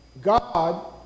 God